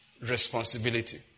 responsibility